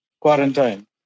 quarantine